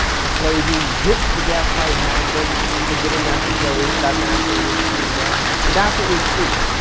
of a slave being whipped to death by his master and forgiving that slave, that master with his dying breath. and that's what we see.